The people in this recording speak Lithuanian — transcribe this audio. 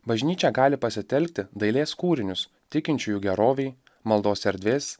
bažnyčia gali pasitelkti dailės kūrinius tikinčiųjų gerovei maldos erdvės